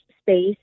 space